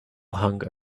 hunger